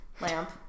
lamp